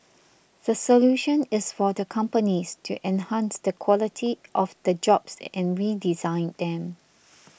the solution is for the companies to enhance the quality of the jobs and redesign them